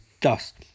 dust